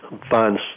Find